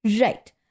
Right